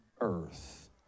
earth